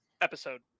episode